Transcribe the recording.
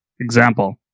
Example